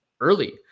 early